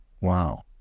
Wow